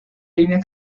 líneas